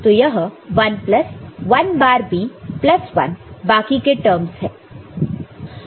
तो यह 1 प्लस 1 बार B प्लस 1 बाकी के ट र्मस है